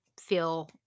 feel